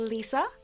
Lisa